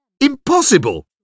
impossible